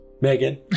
Megan